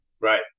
right